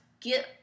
get